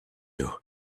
you